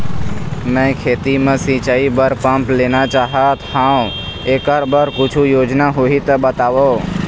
मैं खेती म सिचाई बर पंप लेना चाहत हाव, एकर बर कुछू योजना होही त बताव?